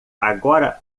agora